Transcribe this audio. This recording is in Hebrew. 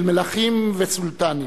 של מלכים וסולטנים.